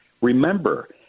remember